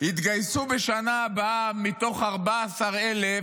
יתגייסו בשנה הבאה 3,000 מתוך 14,000,